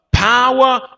power